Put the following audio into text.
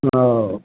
उठाओ